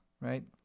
right